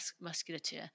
musculature